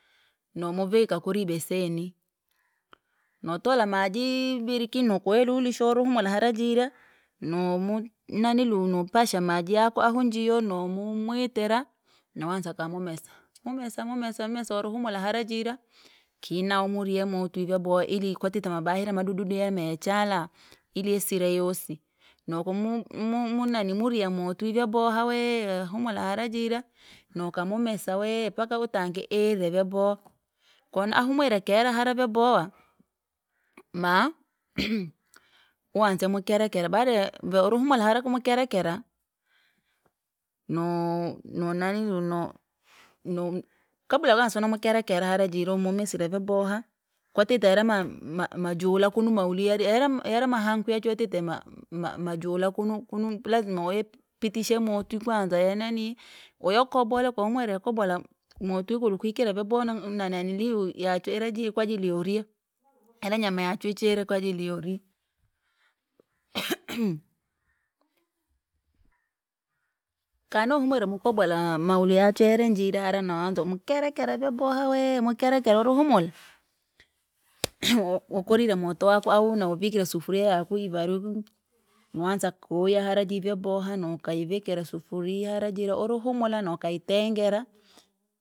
Nomuvika kura ibeseni, notwala maji! Biriki nokuelusho uri humula hara jira, nomu nanelu nupasha maji yaku ahu njiyo, nomwitira, noanza kamumesa, mumesa mumesa mesa oluhumula harajira. Kinamuriye motwi vyaboha ili kwatite mabahira madudidudi yene yachala! Ili yasire yosi, nokamu mu- munni murya motwi vyaboha wee yahumula harajirya, nokamumesa wee mpaka utange ire vyaboha. Kona ahumwire kera hara vyaboha!, ma uwanze mukera kera baadae vee uriumula hara kumkerakera, noo- nonanilu no- no- nokabla kwanza sino mukerakera hara jira umumumesire vyaboha, kwatite yarama ma- majula kunu mauliali yara yare mahanku yachu yatite ma- ma- majula kunu kunu lazima waya pitishe motwi kwanza yananii, wayaukobole koo humwire yakobola motwi kula kwikere vyaboha na- nanilu yachwe ira juii kwaajili urye. Ira nyama yachuwi chire kwaajili yori, kana uhumwire mukobola mauli yachere njira hara naanza mkerakera vyabhoha weee! Mukerakera urihumula, u- ukorire moto waku au nawavikire sufuria yaku ivarwi, noanza koya hara jii vyaboha nokajivikira sufuri hara jira urihumula nokaitengera.